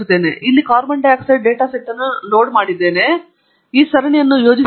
ಇಲ್ಲಿ ನಾನು carbon dioxide data set ಅನ್ನು ಲೋಡ್ ಮಾಡಿದ್ದೇನೆ ಮತ್ತು ನಾವು ಈ ಸರಣಿಯನ್ನು ಯೋಜಿಸುತ್ತೇವೆ